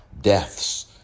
deaths